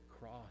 cross